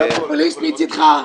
זה פופוליסט מצדך.